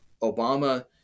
Obama